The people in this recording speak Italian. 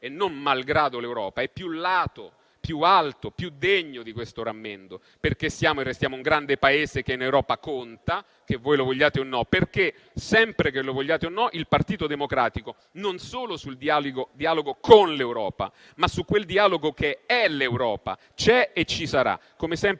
e non malgrado l'Europa, è più lato, più alto, più degno di questo rammendo, perché siamo e restiamo un grande Paese che in Europa conta, che voi lo vogliate o no; e perché, sempre che lo vogliate o no, il Partito Democratico, non solo sul dialogo con l'Europa, ma su quel dialogo che è l'Europa c'è e ci sarà, come sempre